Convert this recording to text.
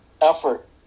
effort